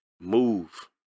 move